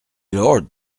lord